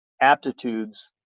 aptitudes